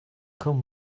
come